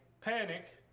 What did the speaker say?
panic